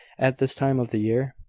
at this time of the year,